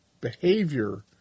behavior